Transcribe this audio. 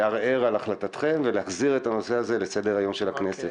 לערער על החלטת הנשיאות ולהחזיר את הנושא הזה לסדר יומה של הכנסת.